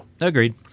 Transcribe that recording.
Agreed